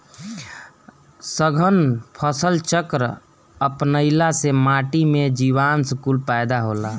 सघन फसल चक्र अपनईला से माटी में जीवांश कुल पैदा होला